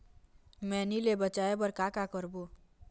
मैनी ले बचाए बर का का करबो?